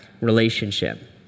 relationship